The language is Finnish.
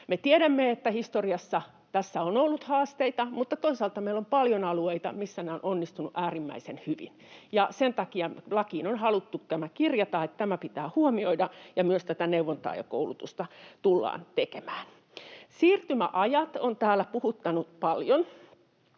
tiedämme, että historiassa tässä on ollut haasteita, mutta toisaalta meillä on paljon alueita, missä nämä ovat onnistuneet äärimmäisen hyvin. Sen takia lakiin on haluttu tämä kirjata, että tämä pitää huomioida, ja myös neuvontaa ja koulutusta tullaan tekemään. Siirtymäajat ovat täällä puhuttaneet paljon.